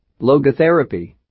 Logotherapy